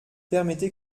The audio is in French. permettez